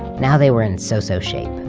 now they were in so-so shape,